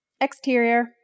Exterior